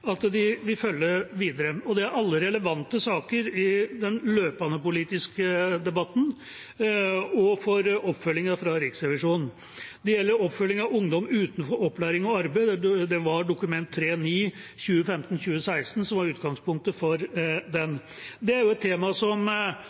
at de vil følge videre, og det er alle relevante saker i den løpende politiske debatten og for oppfølgingen fra Riksrevisjonen. Det gjelder oppfølging av ungdom utenfor opplæring og arbeid, og det var Dokument 3:9 for 2015–2016 som var utgangspunktet for den. Det er et tema som